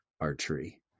Archery